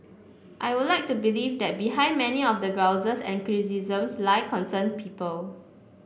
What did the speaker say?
I would like to believe that behind many of the grouses and criticisms lie concerned people